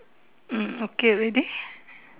mm okay already